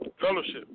fellowship